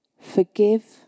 Forgive